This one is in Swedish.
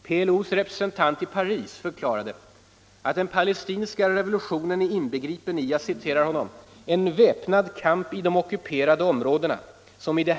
PLO:s representant i Paris förklarade att den palestinska revolutionen är inbegripen i ”en väpnad kamp i de ockuperade områdena ”.